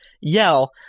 yell